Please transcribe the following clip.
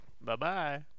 Bye-bye